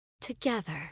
Together